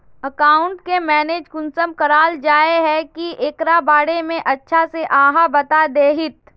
Account के manage कुंसम कराल जाय है की एकरा बारे में अच्छा से आहाँ बता देतहिन?